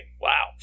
Wow